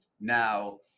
Now